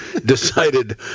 decided